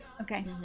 Okay